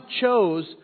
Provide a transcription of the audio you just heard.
chose